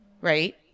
right